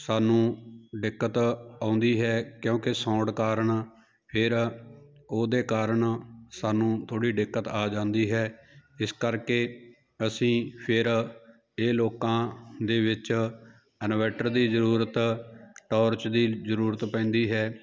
ਸਾਨੂੰ ਦਿੱਕਤ ਆਉਂਦੀ ਹੈ ਕਿਉਂਕਿ ਸਾਊਂਡ ਕਾਰਨ ਫਿਰ ਉਹਦੇ ਕਾਰਨ ਸਾਨੂੰ ਥੋੜ੍ਹੀ ਦਿੱਕਤ ਆ ਜਾਂਦੀ ਹੈ ਇਸ ਕਰਕੇ ਅਸੀਂ ਫਿਰ ਇਹ ਲੋਕਾਂ ਦੇ ਵਿੱਚ ਇਨਵੈਟਰ ਦੀ ਜ਼ਰੂਰਤ ਟੋਰਚ ਦੀ ਜ਼ਰੂਰਤ ਪੈਂਦੀ ਹੈ